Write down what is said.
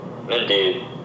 Indeed